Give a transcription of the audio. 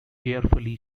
carefully